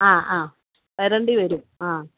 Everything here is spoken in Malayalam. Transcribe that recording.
ആ ആ വരെണ്ടിവരും ആ